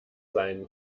sein